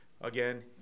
again